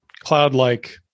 cloud-like